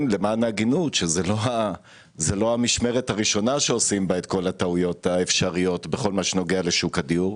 זאת לא המשמרת הראשונה שעושים בה את כל הטעויות בכל הנוגע לשוק הדיור,